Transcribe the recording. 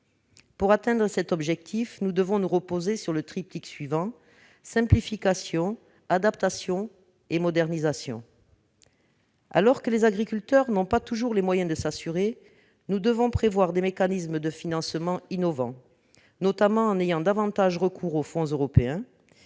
Pour atteindre cet objectif, nous devons nous reposer sur le triptyque suivant : simplification, adaptation, modernisation. Alors que les agriculteurs n'ont pas toujours les moyens de s'assurer, nous devons prévoir des mécanismes de financement innovants, en ayant notamment davantage recours aux fonds européens.